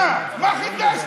מה, מה חידשת?